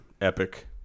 epic